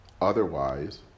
Otherwise